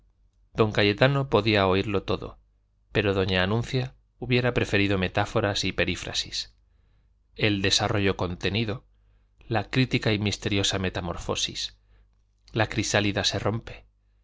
don cayetano podía oírlo todo pero doña anuncia hubiera preferido metáforas y perífrasis el desarrollo contenido la crítica y misteriosa metamorfosis la crisálida que se rompe